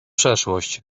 przeszłość